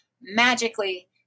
magically